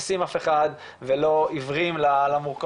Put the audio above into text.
או אזרחים שעוברים חיפוש משפיל ברחוב,